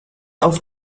auf